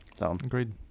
Agreed